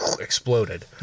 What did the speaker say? exploded